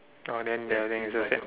oh then the thing is the same